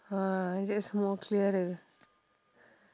ah that's more clearer